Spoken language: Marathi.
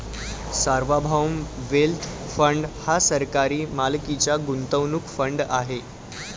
सार्वभौम वेल्थ फंड हा सरकारी मालकीचा गुंतवणूक फंड आहे